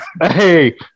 hey